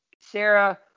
Sarah